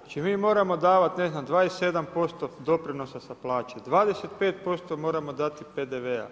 Znači mi moramo davati ne znam 27% doprinosa sa plaće, 25% moramo dati PDV-a,